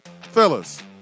Fellas